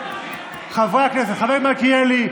חבר הכנסת מלכיאלי,